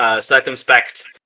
circumspect